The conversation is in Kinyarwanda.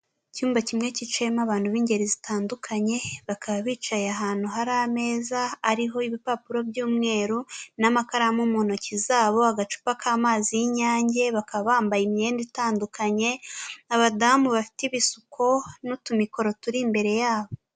Icyumba kimwe kicayemo abantu b'ingeri zitandukanye bakaba bicaye ahantu hari ameza ariho ibipapuro by'umweru n'amakaramu mu ntoki zabo agacupa k'amazi y'Inyange bakaba bambaye imyenda itandukanye abadamu bafite ibisuko n'utumikoro turi imbere yabo.